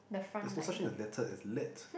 there's no such thing as litted it's a lit